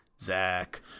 Zach